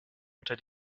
unter